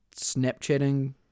snapchatting